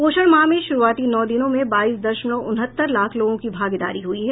पोषण माह में श्रुआती नौ दिनों में बाईस दशमलव उनहत्तर लाख लोगों की भागीदारी हुई है